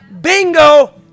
Bingo